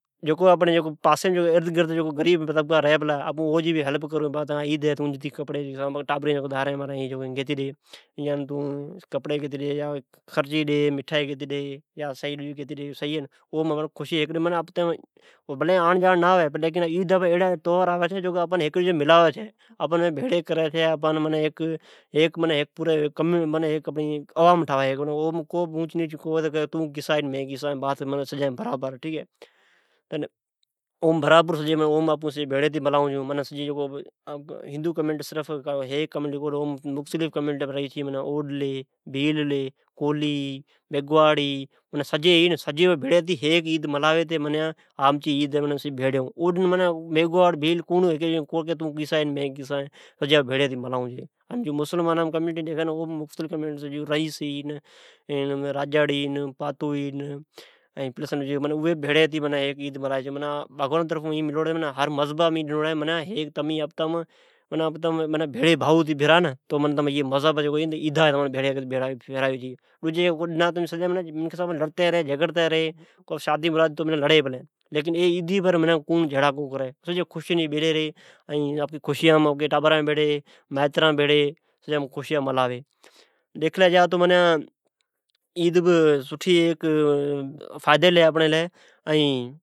جکوآپنڑی پاسیم ارد غرد غریب طبقا ری پلا آپون اوجی بی ھیلپ کرون ھان عیدی پر آپان غریب جی مددکرڑ کھپے۔ ھا تون جا تجی ٹابران کپڑی ڈجی گی شئی شکل گیتی ڈی مٹھائی ڈجی گیتی ڈی ۔ بھلی آڑ جاڑ نہ ھوی ۔آپان ملائی چھی ،عید پر سب بھیڑی ھتے ملائی چھے ۔ معنی ھیک معنی ھیک عوام ٹھاوی چھی ۔ اوم مختلف کمیونٹی ھوی پر او ڈن سبھ اوم کو بی اونچ نیچ کو ھوی ۔اوم سبھ بھیڑی ھتی ملائون چھون ، اوڈ، بھیل ،کولھی، میگھواڑ معنی سب بھڑی ھتی ملائی ۔ عیدی جی ڈنھن کوڑ کان کونی کئی تون کیسا ھے مین کیسا ھین۔ سب بھر ھتی ملائون لے۔ ایون مسلمان بھی ھی آریسر ، راجر ، پاتو ھین ۔ اوی سب بھڑ ھتی عید رغیرہ ملائی چھے۔ بگوان جی کوئیڑی تو تمی سبھ بھیڑی بھائو ھتے بیوا۔ پر عیدی پر سب بھڑملائی ۔ ایو منکھین سدائین لڑتی رے ۔سادی مرادی ۔ لیکین عیدی پرکوڑ جھیڑا کو کری ائین آپکی ٹابران بھیڑی آپکی فیملی بھڑ خشیا ملائی۔ ڈیکھلی جا تو عید بہ ھیک سٹھی فئیدی لی ھی